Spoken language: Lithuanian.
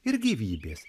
ir gyvybės